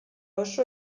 oso